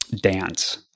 dance